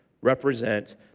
represent